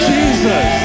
Jesus